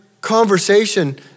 conversation